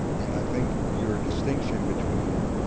and i think your distinction between